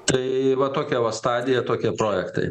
tai va tokia va stadija tokie projektai